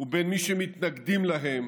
ובין שמתנגדים להם